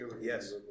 Yes